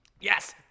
Yes